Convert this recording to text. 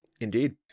Indeed